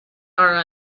are